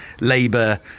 Labour